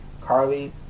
Carly